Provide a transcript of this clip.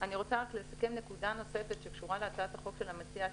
אני רוצה לסכם נקודה נוספת שקשורה להצעת החוק של המציע השני,